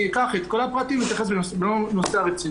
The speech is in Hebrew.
אני אקח את כל הפרטים ואתייחס במלוא הרצינות.